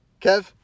Kev